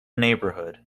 neighbourhood